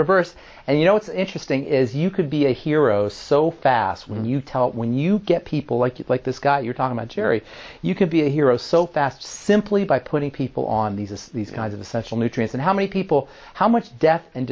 reverse and you know what's interesting is you could be a hero so fast when you tell when you get people like you like this guy you're talking about jerry you could be a hero so fast simply by putting people on these of these kinds of the central nutrients and how many people how much death and